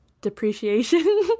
depreciation